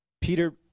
Peter